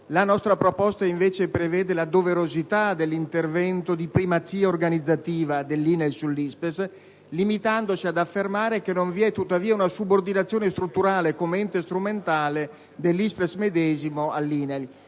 dal senatore Vizzini prevede la doverosità dell'intervento di primazia organizzativa dell'INAIL sull'ISPESL, limitandosi ad affermare che non vi è tuttavia una subordinazione strutturale, come ente strumentale, dell'ISPESL nei